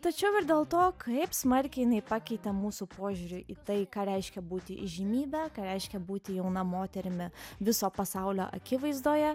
tačiau ir dėl to kaip smarkiai pakeitė mūsų požiūrį į tai ką reiškia būti įžymybe ką reiškia būti jauna moterimi viso pasaulio akivaizdoje